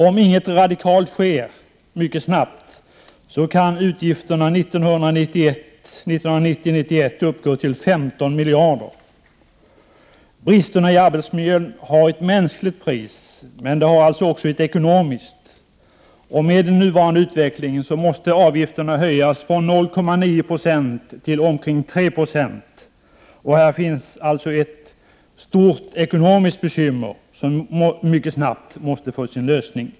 Om inget radikalt sker mycket snabbt kan utgifterna 1990/91 uppgå till 15 miljarder. Bristerna i arbetsmiljön har ett mänskligt pris men också ett ekonomiskt. Med den nuvarande utvecklingen måste avgifterna höjas från 0,9 20 till omkring 3 26. Här finns det ett stort ekonomiskt bekymmer som mycket snart måste få sin lösning.